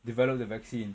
develop the vaccine